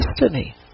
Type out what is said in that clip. destiny